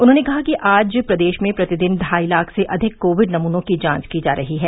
उन्होंने कहा कि आज प्रदेश में प्रतिदिन ढाई लाख से अधिक कोविड नमूनों की जांच की जा रही है